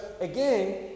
again